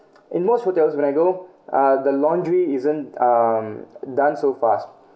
in most hotels when I go uh the laundry isn't um done so fast